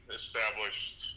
established